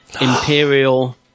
Imperial